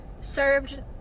served